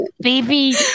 Baby